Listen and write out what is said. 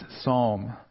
psalm